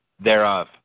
thereof